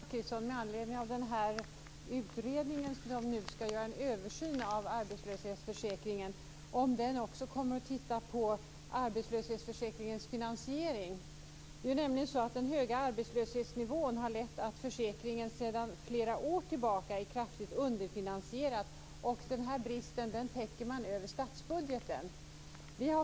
Fru talman! Jag vill med anledning av den utredning som nu skall göra en översyn av arbetslöshetsförsäkringen fråga Kristina Zakrisson om den också kommer att titta på arbetslöshetsförsäkringens finansiering. Den höga arbetslöshetsnivån har ju lett till att försäkringen sedan flera år tillbaka är kraftigt underfinansierad. Denna brist täcker man över statsbudgeten.